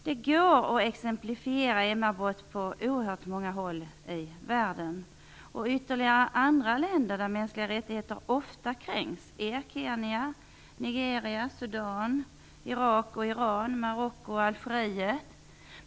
Det går att exemplifiera MR-brott på oerhört många håll i världen. Ytterligare länder där mänskliga rättigheter ofta kränks är Kenya, Nigeria, Sudan, Irak, Iran, Marocko och Algeriet.